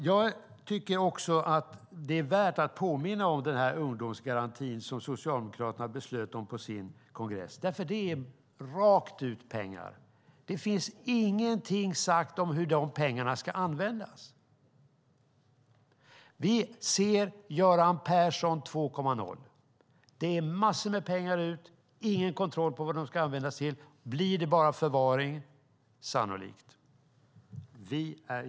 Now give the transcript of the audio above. Jag tycker att det är värt att påminna om den ungdomsgaranti som Socialdemokraterna beslöt om på sin kongress. Det är nämligen pengar rakt ut - det finns ingenting sagt om hur de pengarna ska användas. Vi ser Göran Persson 2.0. Det är massor med pengar ut och ingen kontroll på vad de ska används till. Blir det bara förvaring? Ja, sannolikt.